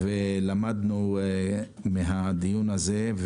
שהחכמנו ולמדנו מהדיון הזה,